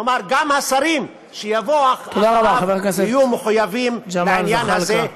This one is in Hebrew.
כלומר גם השרים שיבואו אחריו יהיו מחויבים לעניין הזה.